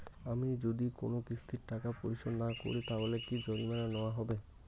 আমি যদি কোন কিস্তির টাকা পরিশোধ না করি তাহলে কি জরিমানা নেওয়া হবে?